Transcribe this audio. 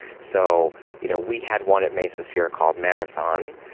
so you know we had one at mesosphere called marathon,